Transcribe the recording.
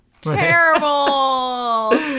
terrible